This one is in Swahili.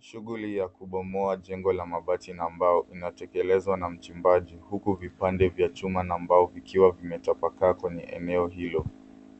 Shughuli ya kubomoa jengo la mabati na mbao inatekelezwa na mchimbaji huku vipande vya chuma na mbao vikiwa vimetapakaa kwenye eneo hilo.